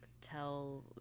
tell